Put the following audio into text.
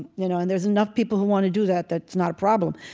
you know, and there is enough people who want to do that that's not a problem